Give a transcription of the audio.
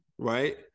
Right